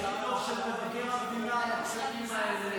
יש לי דוח של מבקר המדינה על הכשלים האלה,